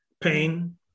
pain